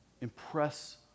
Impress